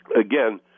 again